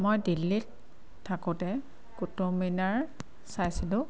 মই দিল্লীত থাকোঁতে কুটুবমিনাৰ চাইছিলোঁ